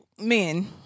men